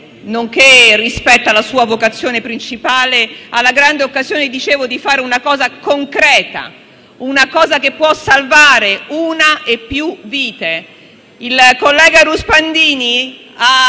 politica, rispetto alla sua vocazione principale, ha allora la grande occasione di fare una cosa concreta che può salvare una e più vite. Il collega Ruspandini ha